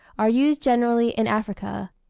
are used generally in africa.